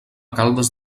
caldes